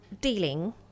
dealing